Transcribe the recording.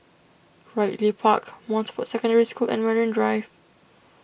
Ridley Park Montfort Secondary School and Marine Drive